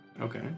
Okay